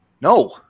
No